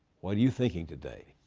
what are you thinking today?